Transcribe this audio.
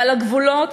ועל הגבולות,